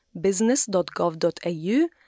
business.gov.au